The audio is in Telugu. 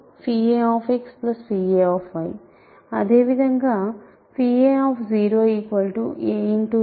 అదేవిధంగా a a 0